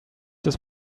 this